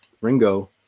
Ringo